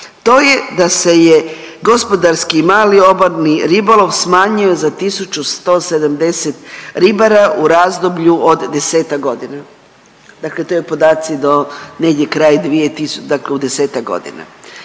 To je da se je gospodarski i mali obalni ribolov smanjio za 1170 ribara u razdoblju od desetak godina. Dakle, to je podaci do negdje kraj 2000., dakle u desetak godina.